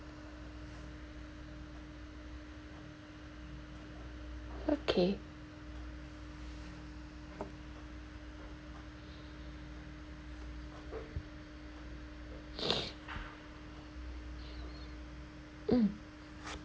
okay mm